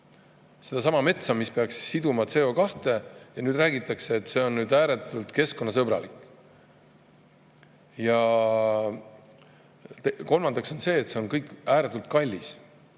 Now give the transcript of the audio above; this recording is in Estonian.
sedasama metsa, mis peaks siduma CO2? Ja nüüd räägitakse, et see on ääretult keskkonnasõbralik. Ja kolmandaks on see kõik ääretult kallis.